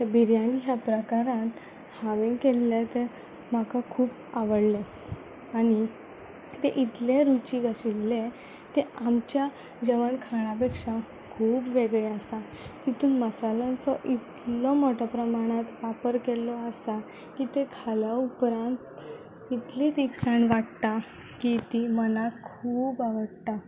तर बिरयानी ह्या प्रकारान हांवें केल्लें तें म्हाका खूब आवडलें आनी ते इतलें रुचीक आशिल्लें तें आमच्या जेवण खाणा पेक्षा खूब वेगळें आसा तातूंत मसाल्यांचो इतलो मोठो प्रमाणांत वापर केल्लो आसा की तें खाल्या उपरांत इतली तिकसाण वाडटा की ती मनाक खूब आवडटा